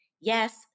Yes